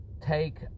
take